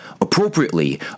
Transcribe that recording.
Appropriately